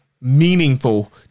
meaningful